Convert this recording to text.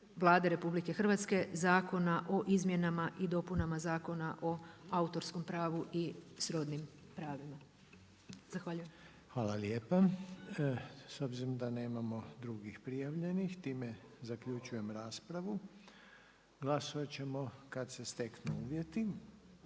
Vlade RH, Zakona o izmjenama i dopunama Zakona o autorskom pravu i srodnim pravima. Zahvaljujem. **Reiner, Željko (HDZ)** S obzirom da nemamo drugih prijavljenih, time zaključujem raspravu. Glasovati ćemo kada se steknu uvjeti.